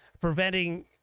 preventing